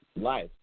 life